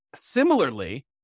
Similarly